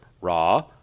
raw